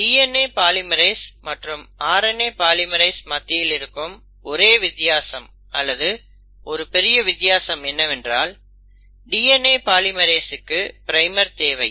DNA polymerase மற்றும் RNA polymerase மத்தியில் இருக்கும் ஒரே வித்தியாசம் அல்லது ஒரு பெரிய வித்தியாசம் என்னவென்றால் DNA பாலிமெரேஸ்களுக்கு பிரைமர் தேவை